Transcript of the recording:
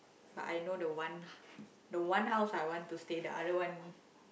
but I know the one the one house I want to stay the other one